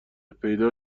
پیدا